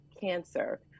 cancer